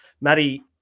maddie